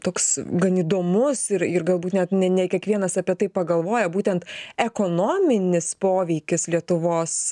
toks gan įdomus ir ir galbūt net ne ne kiekvienas apie tai pagalvoja būtent ekonominis poveikis lietuvos